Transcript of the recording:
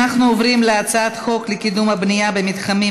אנחנו עוברים להצעת חוק לקידום הבנייה במתחמים